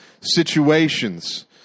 situations